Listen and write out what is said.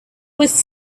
was